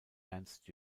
ernst